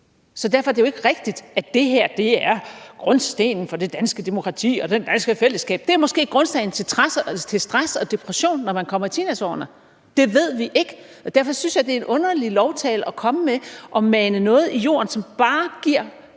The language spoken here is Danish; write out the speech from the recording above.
Så derfor er det jo ikke rigtigt, at det her er grundstenen til det danske demokrati og det danske fællesskab. Det er måske grundstenen til stress og depression, når man kommer i teenageårene. Det ved vi ikke. Derfor synes jeg, det er underligt at komme med sådan en lovprisende tale og mane noget i jorden, som bare giver